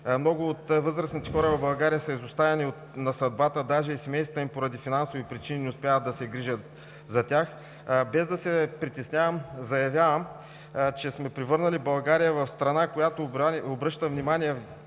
Много от възрастните хора в България са изоставени на съдбата, даже и семействата им, поради финансови причини, не успяват да се грижат за тях. Без да се притеснявам, заявявам, че сме превърнали България в страна, която обръща внимание